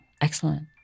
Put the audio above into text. Excellent